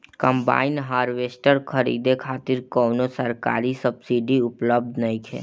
Combine harvester खरीदे खातिर कउनो सरकारी सब्सीडी उपलब्ध नइखे?